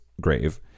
grave